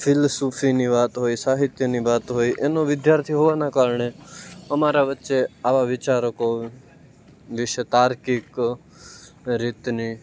ફિલસુફીની વાત હોય સાહિત્યની વાત હોય એનો વિદ્યાર્થી હોવાને કારણે અમારા વચ્ચે આવા વિચારકો વિશે તાર્કિક રીતની